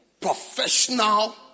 professional